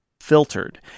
filtered